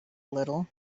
little